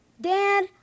Dad